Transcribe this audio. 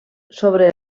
sobre